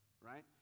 right